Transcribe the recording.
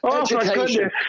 education